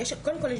קודם כל,